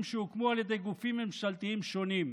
שהוקמו על ידי גופים ממשלתיים שונים.